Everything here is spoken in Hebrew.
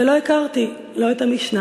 ולא הכרתי לא את המשנה